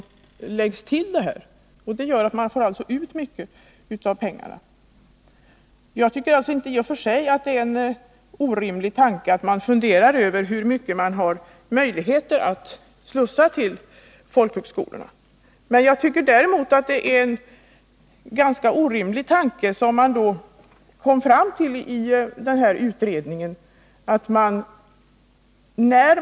Man får alltså ut mycket av pengarna. Jag tycker att det i och för sig inte är orimligt att fundera över hur mycket man har möjlighet att slussa till folkhögskolorna. Däremot tycker jag det är en ganska orimlig tanke man kommit fram till i utredningen.